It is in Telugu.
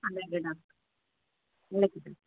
అలాగే డాక్టర్ ఒకే డాక్టర్